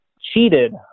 cheated